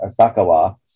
Asakawa